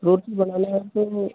रोटी बनाने आती है